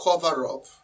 cover-up